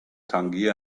tangier